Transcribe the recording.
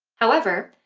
however,